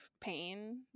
pain